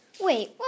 Wait